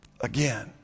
Again